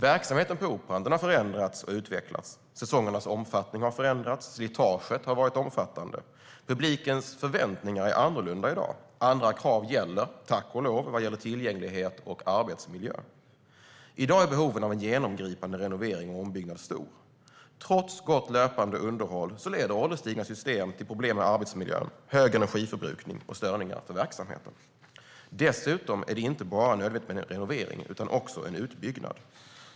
Verksamheten på Operan har förändrats och utvecklats. Säsongernas omfattning har förändrats. Slitaget har varit omfattande. Publikens förväntningar är annorlunda i dag. Andra krav gäller, tack och lov, vad gäller tillgänglighet och arbetsmiljö. I dag är behoven av en genomgripande renovering och ombyggnad stor. Trots gott löpande underhåll leder ålderstigna system till problem med arbetsmiljön, hög energiförbrukning och störningar för verksamheten. Dessutom är det nödvändigt med inte bara en renovering utan också en utbyggnad.